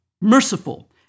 Merciful